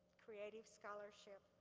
creative scholarship,